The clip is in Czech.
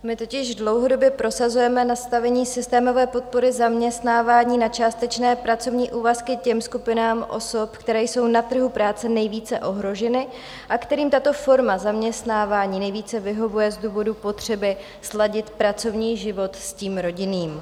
My totiž dlouhodobě prosazujeme nastavení systémové podpory zaměstnávání na částečné pracovní úvazky těm skupinám osob, které jsou na trhu práce nejvíce ohroženy a kterým tato forma zaměstnávání nejvíce vyhovuje z důvodu potřeby sladit pracovní život s tím rodinným.